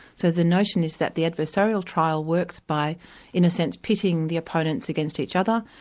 so the notion is that the adversarial trial works by in a sense, pitting the opponents against each other,